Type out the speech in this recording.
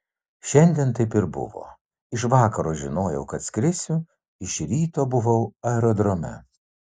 šiandien taip ir buvo iš vakaro žinojau kad skrisiu iš ryto buvau aerodrome